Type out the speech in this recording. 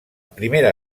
primera